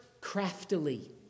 craftily